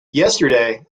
yesterday